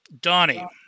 Donnie